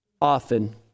often